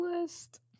list